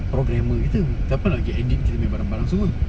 programmer kita siapa nak pergi edit kita punya barang-barang semua